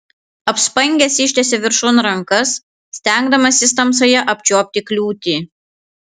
apspangęs ištiesė viršun rankas stengdamasis tamsoje apčiuopti kliūtį